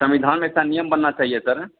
संविधान में ऐसा नियम बनना चाहिये सर